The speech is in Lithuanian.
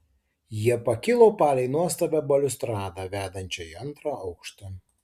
jie pakilo palei nuostabią baliustradą vedančią į antrą aukštą